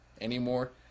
anymore